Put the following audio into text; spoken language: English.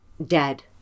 dead